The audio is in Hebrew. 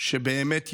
שבאמת יוזמת,